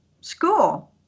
school